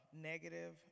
negative